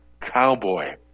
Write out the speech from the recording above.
Cowboy